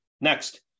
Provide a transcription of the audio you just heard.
Next